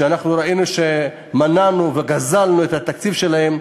שראינו שמנענו וגזלנו את התקציב שלהם,